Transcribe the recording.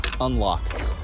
unlocked